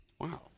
Wow